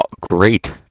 great